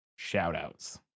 shoutouts